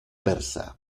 persa